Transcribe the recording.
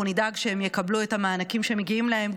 נדאג שהם יקבלו את המענקים שמגיעים להם,